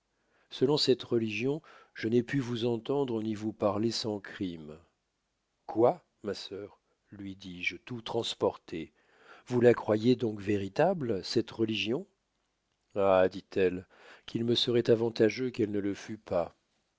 selon cette religion je n'ai pu vous entendre ni vous parler sans crime quoi ma sœur lui dis-je tout transporté vous la croyez donc véritable cette religion ah dit-elle qu'il me seroit avantageux qu'elle ne le fût pas